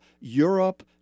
Europe